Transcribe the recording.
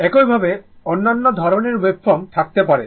একইভাবে অন্যান্য ধরণের ওয়েভফর্ম থাকতে পারে